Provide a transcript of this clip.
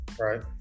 Right